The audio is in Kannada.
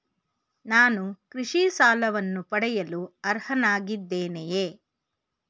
ನಾನು ಕೃಷಿ ಸಾಲವನ್ನು ಪಡೆಯಲು ಅರ್ಹನಾಗಿದ್ದೇನೆಯೇ?